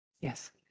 Yes